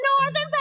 northern